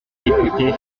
députés